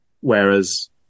Whereas